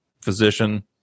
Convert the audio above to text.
physician